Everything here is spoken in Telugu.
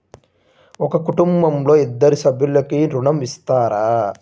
ఒక కుటుంబంలో ఇద్దరు సభ్యులకు ఋణం ఇస్తారా?